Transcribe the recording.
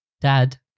Dad